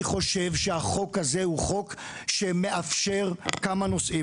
אני חושב שהחוק הזה הוא חוק שמאפשר כמה נושאים.